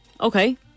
Okay